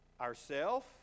Ourself